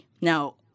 Now-